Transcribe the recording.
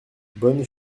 bonne